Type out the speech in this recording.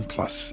Plus